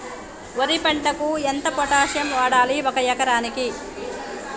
వరి పంటకు ఎంత పొటాషియం వాడాలి ఒక ఎకరానికి?